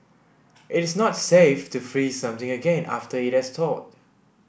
it is not safe to freeze something again after it has thawed